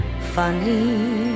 funny